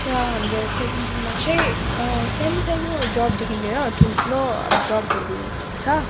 यहाँ हाम्रो कालिम्पोङमा चाहिँ सानो सानो जबदेखिन् लिएर ठुल्ठुलो जबहरू छ